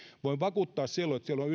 voin vakuuttaa että silloin